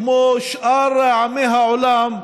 כמו שאר עמי העולם,